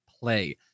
play